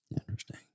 Interesting